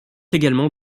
également